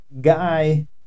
guy